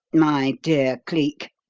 my dear cleek,